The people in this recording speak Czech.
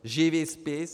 Živý spis.